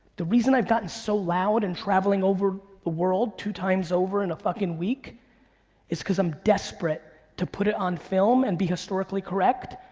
the reason i've gotten so loud and traveling over the world two times over in a fucking week is cause i'm desperate to put it on film and be historically correct,